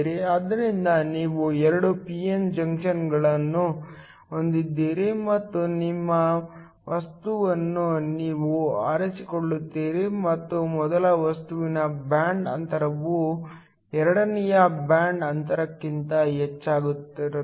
ಆದ್ದರಿಂದ ನೀವು ಎರಡು p n ಜಂಕ್ಷನ್ಗಳನ್ನು ಹೊಂದಿದ್ದೀರಿ ಮತ್ತು ನಿಮ್ಮ ವಸ್ತುವನ್ನು ನೀವು ಆರಿಸಿಕೊಳ್ಳುತ್ತೀರಿ ಮತ್ತು ಮೊದಲ ವಸ್ತುವಿನ ಬ್ಯಾಂಡ್ ಅಂತರವು ಎರಡನೆಯ ಬ್ಯಾಂಡ್ ಅಂತರಕ್ಕಿಂತ ಹೆಚ್ಚಾಗಿರುತ್ತದೆ